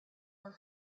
were